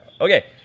okay